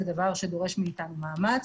זה דבר שדורש מאיתנו מאמץ.